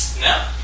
No